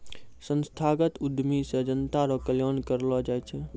संस्थागत उद्यमी से जनता रो कल्याण करलौ जाय छै